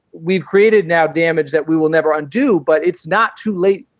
we've created now damage that we will never undo. but it's not too late.